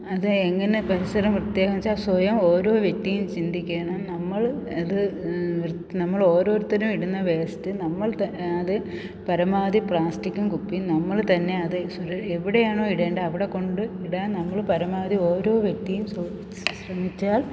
അത് എങ്ങനെ പരിസരം വൃത്തിയാച്ചാൽ സ്വയം ഓരോ വ്യക്തിയും ചിന്തിക്കണം നമ്മൾ അത് വൃത്തി നമ്മളോരോരുത്തരും ഇടുന്ന വേസ്റ്റ് നമ്മൾ ത അത് പരമാവധി പ്ലാസ്റ്റിക്കും കുപ്പീം നമ്മൾ തന്നെ അത് സുരക്ഷ എവിടെയാണോ ഇടേണ്ടത് അവിടെ കൊണ്ട് ഇടാൻ നമ്മൾ പരമാവധി ഓരോ വ്യക്തിയും ശ്രമിച്ചാൽ